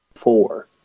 Four